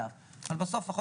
סליחה, אני לא יכולה להתאפק.